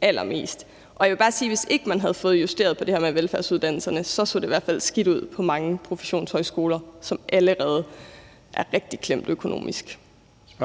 allermest. Jeg vil bare sige: Hvis ikke man havde fået justeret på det her med velfærdsuddannelserne, så det i hvert fald skidt ud på mange professionshøjskoler, som allerede er rigtig klemte økonomisk. Kl.